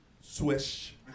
Swish